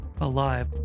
alive